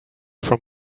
from